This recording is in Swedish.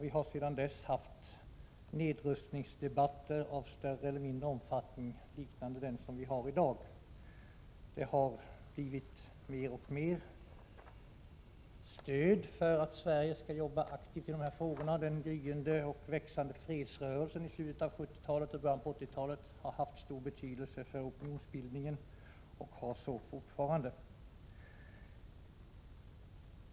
Vi har sedan dess haft nedrustningsdebatter av större eller mindre omfattning, liknande den som vi har i dag. Det har kommit fram ett allt starkare stöd för att Sverige skall jobba aktivt i dessa frågor. Den gryende och växande fredsrörelsen i slutet av 1970-talet och i början av 1980-talet har haft stor betydelse för opinionsbildningen och har så fortfarande.